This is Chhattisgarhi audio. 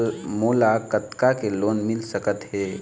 मोला कतका के लोन मिल सकत हे?